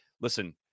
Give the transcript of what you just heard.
listen